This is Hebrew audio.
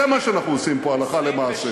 זה מה שאנחנו עושים פה הלכה למעשה.